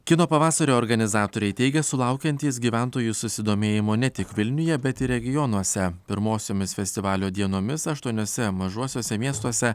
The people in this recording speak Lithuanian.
kino pavasario organizatoriai teigia sulaukiantys gyventojų susidomėjimo ne tik vilniuje bet regionuose pirmosiomis festivalio dienomis aštuoniuose mažuosiuose miestuose